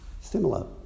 Similar